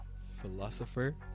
philosopher